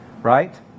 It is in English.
Right